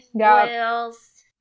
Oils